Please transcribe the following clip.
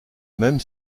même